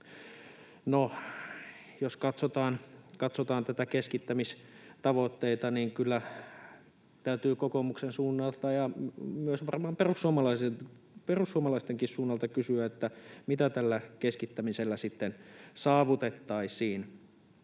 jos katsotaan näitä keskittämistavoitteita, niin kyllä täytyy kokoomuksen suunnalta ja myös varmaan perussuomalaistenkin suunnalta kysyä, mitä tällä keskittämisellä sitten saavutettaisiin.